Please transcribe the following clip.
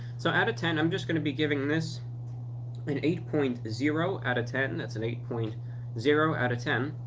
so out of ten i'm just gonna be giving this an eight point zero out of ten. that's an eight point zero out of ten.